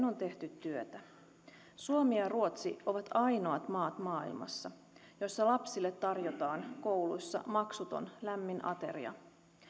on tehty työtä suomi ja ruotsi ovat ainoat maat maailmassa joissa lapsille tarjotaan kouluissa maksuton lämmin ateria